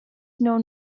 known